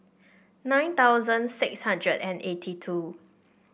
nine thousand six hundred and eighty two